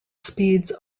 speeds